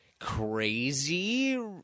Crazy